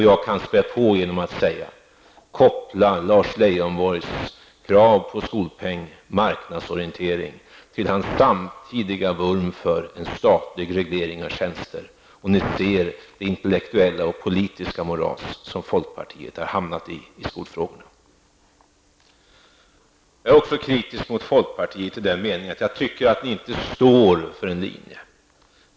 Jag kan spä på genom att säga: Koppla Lars Leijonborgs krav på skolpeng och marknadsorientering till hans samtidiga vurm för en statlig reglering av tjänster, och ni ser det intellektuella och politiska moras som folkpartiet har hamnat i när det gäller skolfrågorna. Jag är också kritisk mot folkpartiet i den meningen att jag tycker att folkpartiet inte står för en linje.